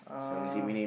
uh